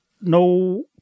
no